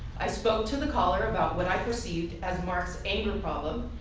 i spoke to the caller about what i perceived as mark's anger problem,